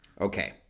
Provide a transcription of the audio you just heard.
Okay